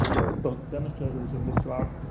who are both demonstrators in this lab.